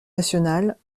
nationale